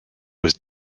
was